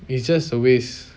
it's just a waste